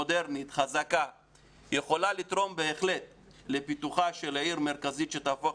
מודרנית וחזקה יוכל לתרום בהחלט לפיתוחה של עיר מרכזית שתהפוך